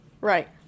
Right